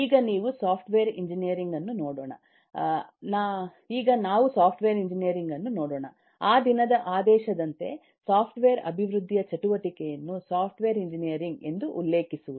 ಈಗ ನಾವು software engineering ಅನ್ನು ನೋಡೋಣ ಅ ದಿನದ ಆದೇಶದಂತೆ ಸಾಫ್ಟ್ವೇರ್ ಅಭಿವೃದ್ಧಿಯ ಚಟುವಟಿಕೆಯನ್ನು ಸಾಫ್ಟ್ವೇರ್ ಎಂಜಿನಿಯರಿಂಗ್ ಎಂದು ಉಲ್ಲೇಖಿಸುವುದು